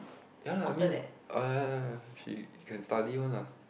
ya lah I mean uh she can study one lah